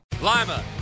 Lima